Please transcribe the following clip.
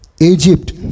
Egypt